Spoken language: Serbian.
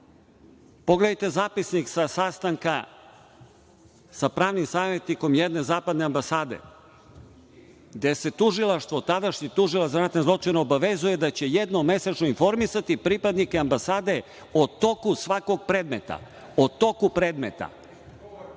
dokumenata. Pogledajte zapisnik sa sastanka sa pravnim savetnikom jedne zapadne ambasade, gde se Tužilaštvo, tadašnji tužilac za ratne zločine obavezuje da će jednom mesečno informisati pripadnike ambasade o toku svakog predmeta, o toku predmeta.